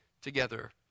together